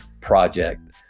project